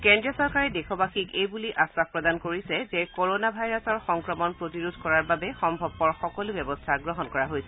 কেন্দ্ৰ চৰকাৰে দেশবাসীক এইবুলি আখাস প্ৰদান কৰিছে যে কৰণা ভাইৰাছক প্ৰতিৰোধ কৰাৰ বাবে সম্ভৱপৰ সকলো ব্যৱস্থা গ্ৰহণ কৰা হৈছে